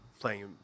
playing